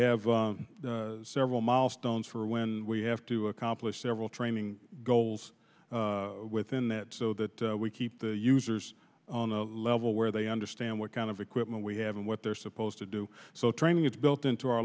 have several milestones for when we have to accomplish several training goals within that so that we keep the users level where they understand what kind of equipment we have and what they're supposed to do so training is built into our